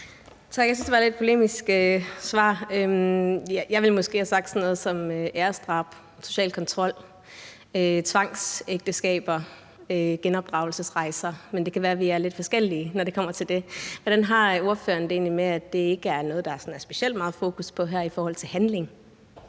Tak. Jeg synes, det var et polemisk svar. Jeg ville måske have sagt sådan noget som æresdrab, social kontrol, tvangsægteskaber eller genopdragelsesrejser. Men det kan være, at vi er lidt forskellige, når det kommer til det. Hvordan har ordføreren det egentlig med, at det ikke er noget, der sådan er specielt meget fokus på her i forhold til handling?